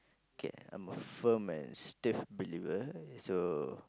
okay I'm a firm and stiff believer so